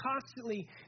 constantly